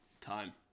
Time